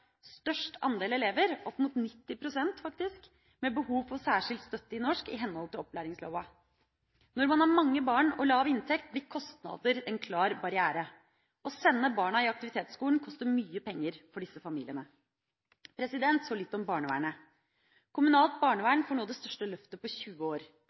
størst andel elever – opp mot 90 pst. faktisk – med behov for særskilt støtte i norsk i henhold til opplæringslova. Når man har mange barn og lav inntekt, blir kostnader en klar barriere. Å sende barna i aktivitetsskolen koster mye penger for disse familiene. Så vil jeg si litt om barnevernet. Kommunalt